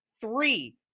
three